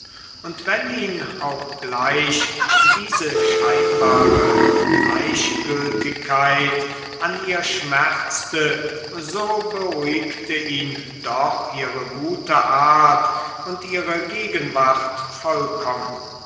und wenn ihn auch gleich diese scheinbare gleichgültigkeit an ihr schmerzte so beruhigte ihn doch ihre gute art und ihre gegenwart vollkommen